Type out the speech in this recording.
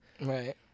Right